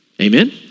Amen